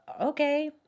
Okay